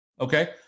Okay